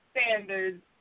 standards